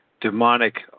demonic